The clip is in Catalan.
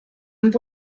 amb